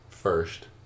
First